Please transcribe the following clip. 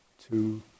two